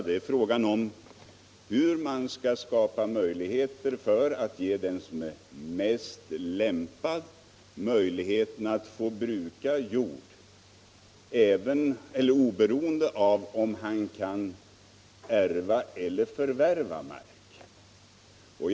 Det gäller hur man skall skapa möjligheter för att ge den, som är mest lämpad därtill, möjligheter att bruka jorden, oberoende av om han eller hon kan ärva eller förvärva marken.